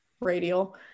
radial